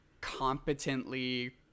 competently